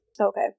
Okay